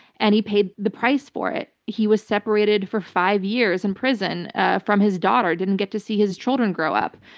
and he paid the price for it. he was separated for five years in prison from his daughter, didn't get to see his children grow up.